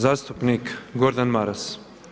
Zastupnik Gordana Maras.